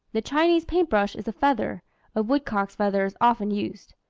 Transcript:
the chinese paint-brush is a feather a woodcock's feather is often used.